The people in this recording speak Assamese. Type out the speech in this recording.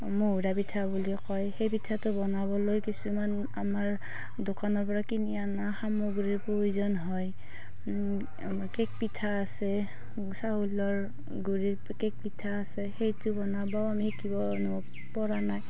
মহুৰা পিঠা বুলি কয় সেই পিঠাটো বনাবলৈ কিছুমান আমাৰ দোকানৰ পৰা কিনি অনা সামগ্ৰীৰ প্ৰয়োজন হয় কেক পিঠা আছে চাউলৰ গুৰিৰ কেক পিঠা আছে সেইটো বনাব আমি শিকিব পৰা নাই